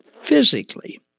physically